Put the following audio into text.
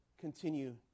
continue